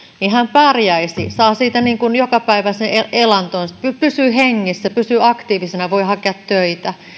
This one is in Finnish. pärjäisi saa siitä jokapäiväisen elantonsa pysyy hengissä pysyy aktiivisena voi hakea töitä